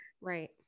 right